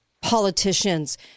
politicians